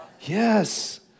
Yes